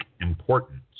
importance